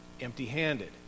empty-handed